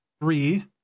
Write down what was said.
three